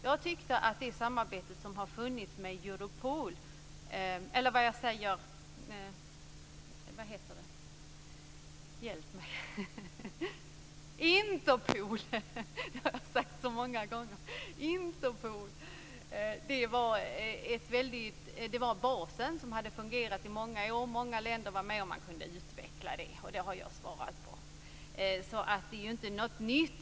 Jag tycker att det samarbete som har förekommit med Interpol var en bra bas, som hade fungerat i många år. Många länder har varit med om att utveckla det. Brottsförebyggande arbete är allstå inte något nytt.